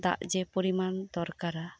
ᱫᱟᱜ ᱡᱮ ᱯᱚᱨᱤᱢᱟᱱ ᱫᱚᱨᱠᱟᱨᱟ